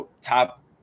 top